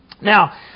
Now